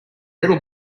little